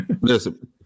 listen